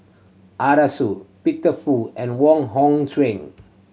Arasu Peter Fu and Wong Hong Suen